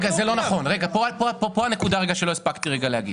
כאן הנקודה שלא הספקתי להגיד.